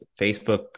Facebook